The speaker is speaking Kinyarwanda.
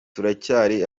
turacyari